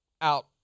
out